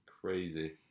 Crazy